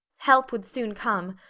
help would soon come,